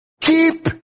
Keep